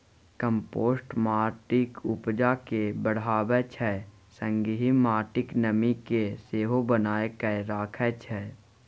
compost माटिक उपजा केँ बढ़ाबै छै संगहि माटिक नमी केँ सेहो बनाए कए राखै छै